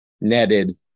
netted